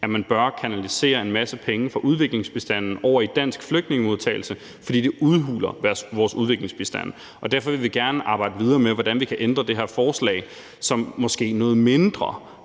at man bør kanalisere en masse penge fra udviklingsbistanden over i dansk flygtningemodtagelse, for det udhuler vores udviklingsbistand. Og derfor vil vi gerne arbejde videre med, hvordan man kan ændre det her forslag, så måske noget mindre